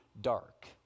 dark